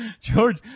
George